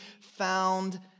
found